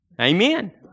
Amen